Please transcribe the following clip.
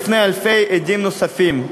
בפני אלפי עדים נוספים.